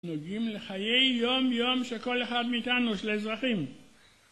נוגעים לחיי יום יום שכל אחד מאיתנו של אזרחים